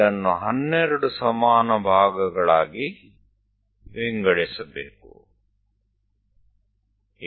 કોઈને તેને 12 સમાન ભાગોમાં વહેચવું પડશે